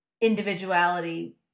individuality